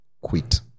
quit